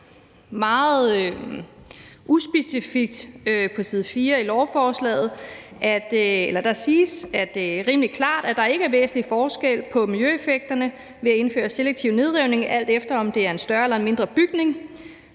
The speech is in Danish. Der siges på side 4 i lovforslaget rimelig klart, at der ikke er væsentlig forskel på miljøeffekterne ved at indføre selektiv nedrivning, alt efter om det er en større eller en mindre bygning,